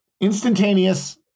instantaneous